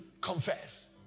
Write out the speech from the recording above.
confess